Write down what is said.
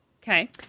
Okay